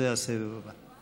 זה הסבב הבא.